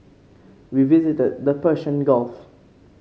we visited the Persian Gulf